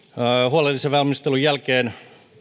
huolellisen valmistelun jälkeen olemme